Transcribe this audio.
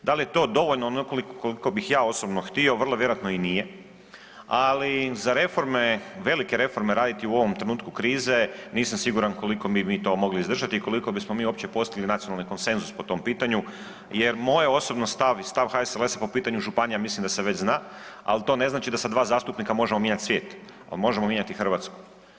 Dal je to dovoljno onoliko koliko bih ja osobno htio, vrlo vjerojatno i nije, ali za reforme, velike reforme raditi u ovom trenutku krize nisam siguran koliko bi mi to mogli izdržati i koliko bismo mi uopće postigli nacionalni konsenzus po tom pitanju jer moje osobno stav i stav HSLS-a po pitanju županija mislim da se već zna, al to ne znači da sa dva zastupnika možemo mijenjat svijet, al možemo mijenjati Hrvatsku.